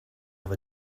have